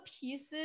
pieces